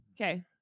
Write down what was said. okay